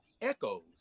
echoes